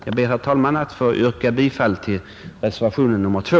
Jag ber, herr talman, att få yrka bifall till reservationen 2.